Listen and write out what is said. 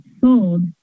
sold